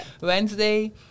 Wednesday